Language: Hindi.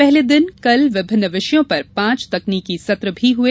पहले दिन कल विभिन्न विषयों पर पांच तकनीकी सत्र भी हुए